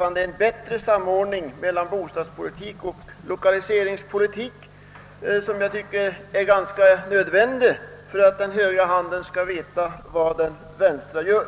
om en bättre samordning mellan bostadspolitik och lokaliseringspolitik — en samordning som jag finner nödvändig för att den högra handen skall veta vad den vänstra gör.